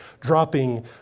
dropping